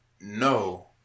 no